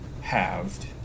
halved